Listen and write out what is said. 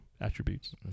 attributes